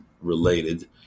related